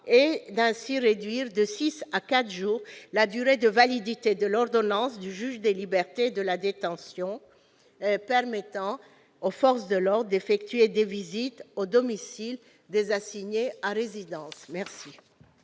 c'est-à-dire réduire de 6 à 4 jours la durée de validité de l'ordonnance du juge des libertés et de la détention permettant aux forces de l'ordre d'effectuer des visites au domicile des assignés à résidence. La